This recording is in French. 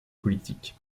politiques